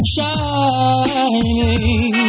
Shining